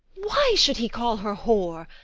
why should he call her whore?